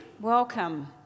Welcome